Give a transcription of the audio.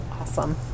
awesome